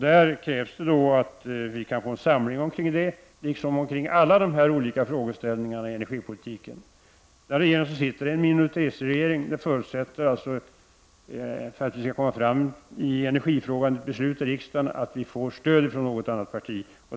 Då krävs det att vi kan få en samling kring detta liksom kring alla de olika frågeställningarna när det gäller energipolitiken. Den regering som sitter är en minoritetsregering. Det förutsätter, för att vi skall komma fram till ett beslut i energifrågan i riksdagen, att vi får stöd från något annat parti.